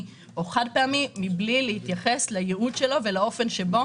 או חד-פעמי מבלי להתייחס לייעוד שלו או לאופן שבו